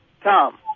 Tom